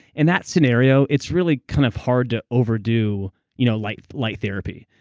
in that scenario, it's really kind of hard to overdo you know light light therapy.